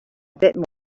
bit